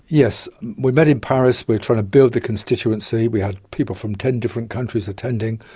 yes, we met in paris, we were trying to build the constituency. we had people from ten different countries attending.